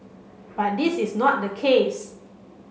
but this is not the case